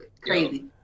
crazy